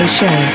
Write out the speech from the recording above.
Show